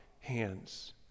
hands